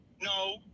no